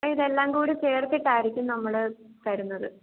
ഇതെല്ലാം കൂടെ ചേർത്തിട്ടായിരിക്കും നമ്മൾ തരുന്നത്